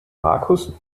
markus